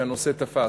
על כך שהנושא תפס.